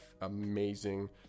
amazing